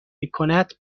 میکند